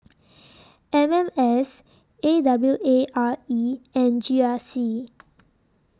M M S A W A R E and G R C